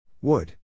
Wood